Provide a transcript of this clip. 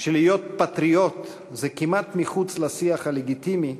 שלהיות פטריוט זה כמעט מחוץ לשיח הלגיטימי,